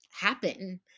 happen